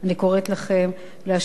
אגב,